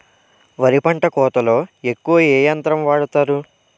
వరి పంట కోతలొ ఎక్కువ ఏ యంత్రం వాడతారు?